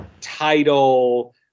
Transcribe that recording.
title